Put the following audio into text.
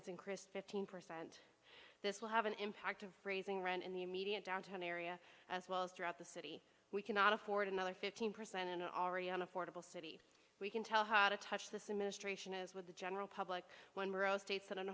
has increased fifteen percent this will have an impact of raising rent in the immediate downtown area as well as throughout the city we cannot afford another fifteen percent and already on affordable city we can tell ha to touch this administration is with the general public when we're all states that an